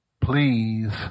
Please